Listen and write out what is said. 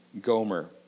Gomer